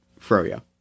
Froyo